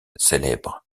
célèbre